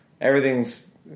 Everything's